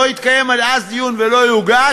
לא יתקיים עד אז דיון ולא יוגש,